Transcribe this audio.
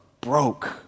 broke